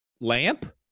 lamp